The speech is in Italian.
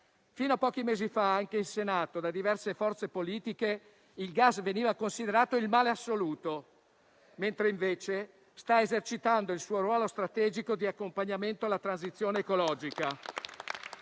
Fino a pochi mesi fa anche in Senato, da diverse forze politiche, il gas veniva considerato il male assoluto, mentre sta esercitando il suo ruolo strategico di accompagnamento alla transizione ecologica.